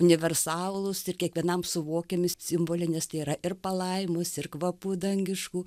universalūs ir kiekvienam suvokiami simboliai nes tai yra ir palaimos ir kvapų dangiškų